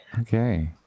Okay